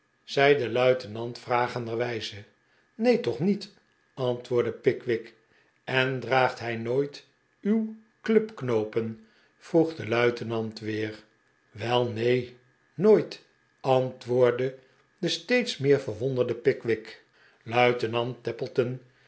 zei de luitenant vragenderwijze neen toch niet antwoordde pickwick en draagt hij nooit uw clubknoopen vroeg de luitenant weer wel neen nooit antwoordde de steeds meer verwonderde pickwick luitenant